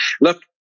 Look